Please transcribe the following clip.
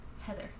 Heather